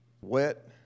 Wet